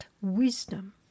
wisdom